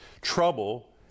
trouble